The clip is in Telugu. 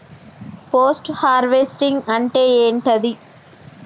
పోస్ట్ హార్వెస్టింగ్ అంటే ఏంటిది?